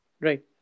Right